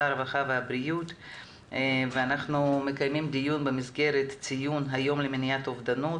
הרווחה והבריאות ואנחנו מקיימים דיון במסגרת ציון היום למניעת אובדנות.